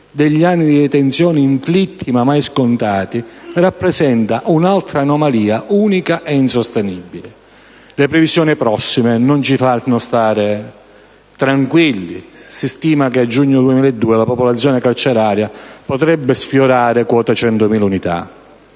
degli anni di detenzione inflitti ma mai scontati, rappresenta un'altra anomalia unica e insostenibile. Le previsioni prossime non ci fanno stare tranquilli. Si stima che, nel giugno 2012, la popolazione carceraria potrebbe sfiorare quota 100.000 unità.